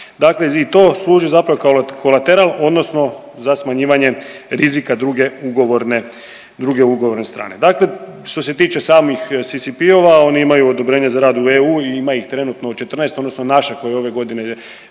dakle i to služi zapravo kao kolateral odnosno za smanjivanje rizika druge ugovorne, druge ugovorne strane. Dakle što se tiče samih CCP-ova oni imaju odobrenje za rad u EU i ima ih trenutno 14 odnosno naše koje ove godine